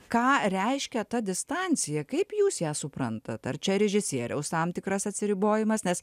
ką reiškia ta distancija kaip jūs ją suprantat ar čia režisieriaus tam tikras atsiribojimas nes